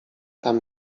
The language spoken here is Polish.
tam